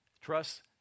Trust